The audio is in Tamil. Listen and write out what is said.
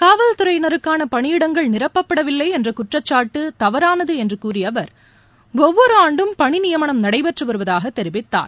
காவல் துறையினருக்கான பணியிடங்கள் நிரப்பப்படவில்லை என்ற குற்றச்சாட்டு தவறானது என்று கூறிய அவர் ஒவ்வொரு ஆண்டும் பணி நியமனம் நடைபெற்று வருவதாக தெரிவித்தார்